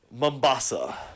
Mombasa